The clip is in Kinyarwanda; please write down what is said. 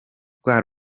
rwa